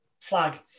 flag